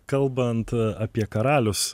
kalbant apie karalius